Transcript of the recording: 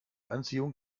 anziehung